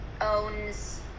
owns